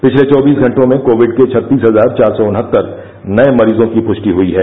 पिछले चौबीस घटों में कोविड के छत्तीस हजार चार सौ उनहत्तर नये मरीजों की पुष्टि हुई है